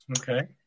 Okay